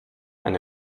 eine